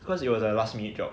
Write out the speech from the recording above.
because it was a last minute job